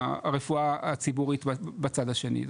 הרפואה הציבורית בצד השני.